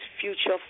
future